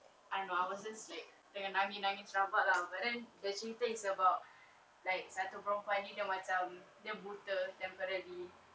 I don't know I was just like tengah nangis-nangis rabak lah but then the cerita is about like satu perempuan ni dah macam dia buta temporarily